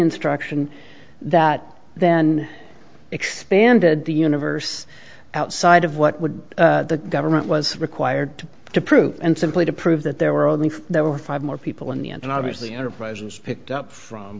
instruction that then expanded the universe outside of what would the government was required to prove and simply to prove that there were only there were five more people in the end and obviously enterprise was picked up from